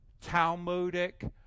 Talmudic